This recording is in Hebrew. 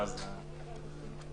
אז שלח לנו את החומרים האלה.